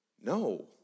No